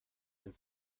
dem